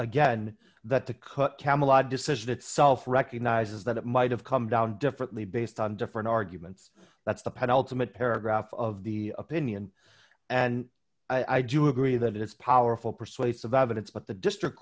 again that the cut camelot decision itself recognizes that it might have come down differently based on different arguments that's the penultimate paragraph of the opinion and i do agree that it's powerful persuasive evidence but the district